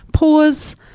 Pause